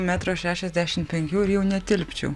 metro šešiasdešim penkių ir jau netilpčiau